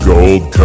Gold